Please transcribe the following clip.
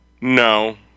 no